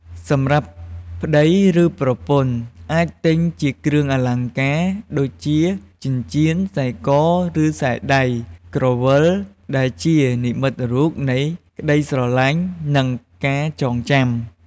សម្រាប់ប្ដី ឬប្រពន្ធ អាចទិញជាគ្រឿងអលង្ការ ដូចជាចិញ្ចៀន ខ្សែក ឬខ្សែដៃ ក្រវិល ដែលជានិមិត្តរូបនៃក្តីស្រឡាញ់ និងការចងចាំ។